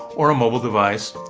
or a mobile device,